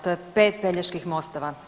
To je 5 Peljeških mostova.